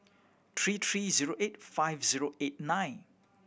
three three zero eight five zero eight nine